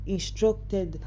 Instructed